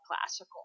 Classical